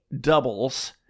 doubles